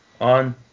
on